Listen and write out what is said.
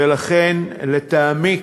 ולכן, לטעמי,